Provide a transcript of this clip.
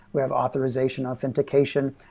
we have authorization, authentication,